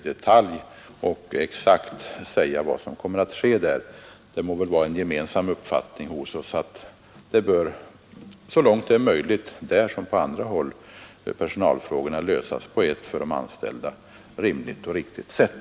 Det må väl vara en gemensam uppfattning hos oss att personalfrågorna så långt det är möjligt, där som på andra håll, bör lösas på ett för de anställda rimligt och riktigt sätt.